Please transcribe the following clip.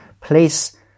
place